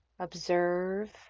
Observe